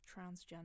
transgender